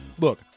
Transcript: Look